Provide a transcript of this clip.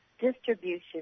distribution